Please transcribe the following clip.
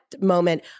moment